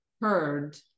heard